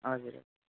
हजुर हजुर